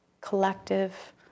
collective